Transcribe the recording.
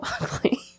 ugly